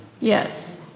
Yes